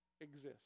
exist